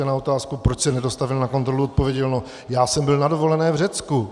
A na otázku, proč se nedostavil na kontrolu, odpověděl, no já jsem byl na dovolené v Řecku.